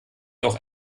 auch